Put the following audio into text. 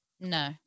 No